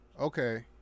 Okay